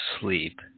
sleep